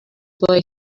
boy